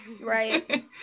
right